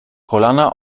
kolana